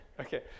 okay